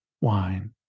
wine